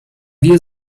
wir